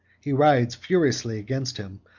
he rides furiously against him,